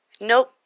nope